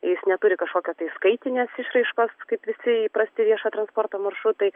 jis neturi kažkokio tai skaitinės išraiškos kaip visi įprasti viešojo transporto maršrutai